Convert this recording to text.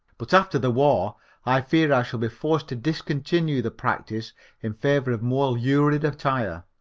but after the war i fear i shall be forced to discontinue the practise in favor of more lurid attire.